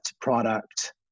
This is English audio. product